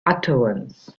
utterance